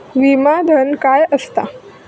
विमा धन काय असता?